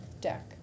deck